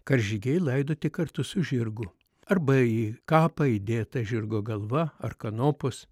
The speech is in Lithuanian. karžygiai laidoti kartu su žirgu arba į kapą įdėta žirgo galva ar kanopos